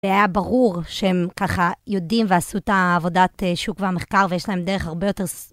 זה היה ברור שהם ככה יודעים ועשו את העבודת שוק והמחקר ויש להם דרך הרבה יותר...